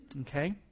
Okay